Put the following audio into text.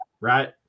right